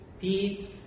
peace